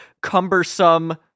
cumbersome